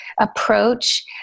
approach